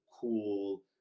cool